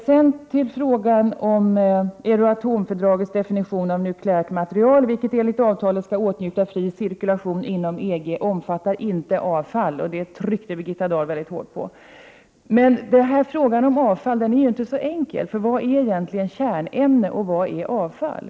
7 april 1989 Euratom-fördragets definition av nukleärt material — detta material skall enligt avtalet åtnjuta fri cirkulation inom EG — omfattar inte avfall. Detta tryckte Birgitta Dahl mycket hårt på. Denna fråga är dock inte så enkel. Vad är egentligen kärnämne och vad är avfall?